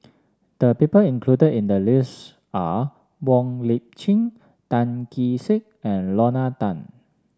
the people included in the list are Wong Lip Chin Tan Kee Sek and Lorna Tan